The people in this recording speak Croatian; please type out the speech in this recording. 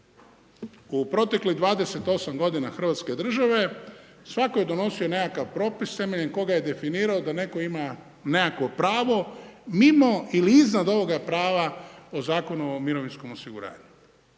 U proteklih 28 godina Hrvatske države svatko je donosio neki propis temeljem kojeg je definirao da netko ima nekakvo pravo mimo ili iznad onoga prava o Zakonu o mirovinskom osiguranju.